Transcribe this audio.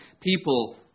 people